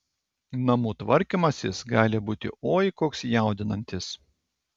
namų tvarkymasis gali būti oi koks jaudinantis